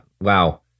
Wow